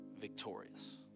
victorious